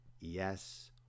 yes